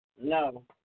No